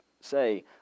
say